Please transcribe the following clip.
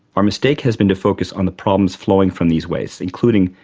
our mistake has been to focus on the problems flowing from these wastes including,